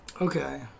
Okay